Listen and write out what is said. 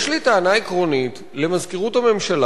יש לי טענה עקרונית למזכירות הממשלה